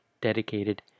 dedicated